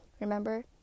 Remember